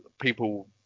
people